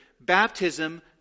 baptism